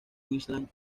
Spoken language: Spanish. queensland